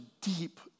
deep